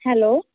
hello